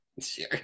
sure